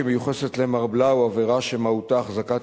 כי מיוחסת למר בלאו עבירה שמהותה החזקת